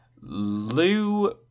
Lou